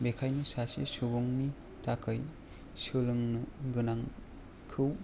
बेनिखायनो सासे सुबुंनि थाखाय सोलोंनो गोनांखौ